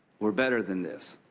we're better than this.